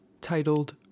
titled